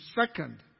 second